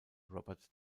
robert